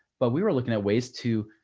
but we were looking at ways to,